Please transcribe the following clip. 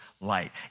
light